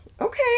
okay